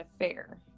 affair